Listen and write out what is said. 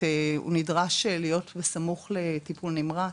הוא נדרש להיות בסמוך לטיפול נמרץ,